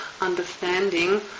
understanding